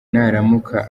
naramuka